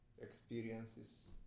experiences